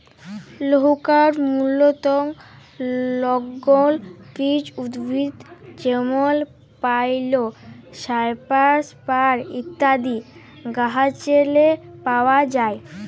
লঘুকাঠ মূলতঃ লগ্ল বিচ উদ্ভিদ যেমল পাইল, সাইপ্রাস, ফার ইত্যাদি গাহাচেরলে পাউয়া যায়